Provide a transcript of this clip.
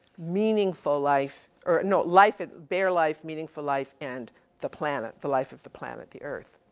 meaningful life er, no, life it, bare life, meaningful life and the planet, the life of the planet, the earth.